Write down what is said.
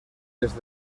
des